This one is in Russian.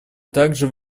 также